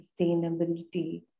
sustainability